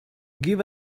give